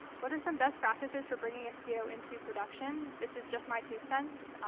what are some best practices for bringing istio into production? this is just my two cents.